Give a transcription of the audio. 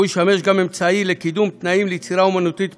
והוא ישמש גם אמצעי לקידום תנאים ליצירה אמנותית פורייה,